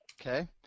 Okay